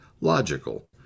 logical